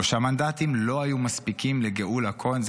שלושה מנדטים לא היו מספיקים לגאולה כהן,